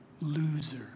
loser